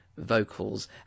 vocals